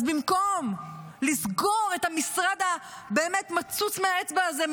אז במקום לסגור את המשרד הבאמת-מצוץ מהאצבע הזה,